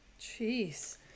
Jeez